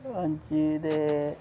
हां जी ते